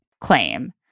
claim